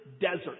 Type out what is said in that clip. desert